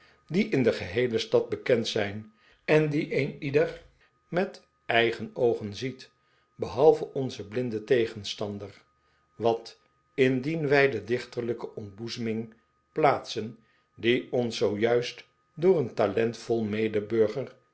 die in de geheele stad bekend zijn en die een ieder met eigen oogen ziet behalve onze blinde tegenstander wat indien wij de dichterlijke ontboezeming plaatsten die ons zoojuist door een talentvol medeburger